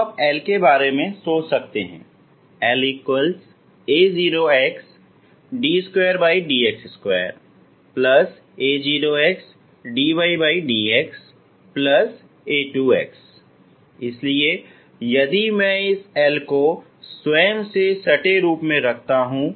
तो आप L के बारे में सोच सकते हैं La0xd2dx2a0xddxa2x इसलिए यदि मैं इस L को स्वयं से सटे रूप में रखता हूं